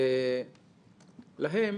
ולהם